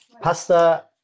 Pasta